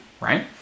right